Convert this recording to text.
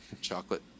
chocolate